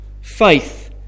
faith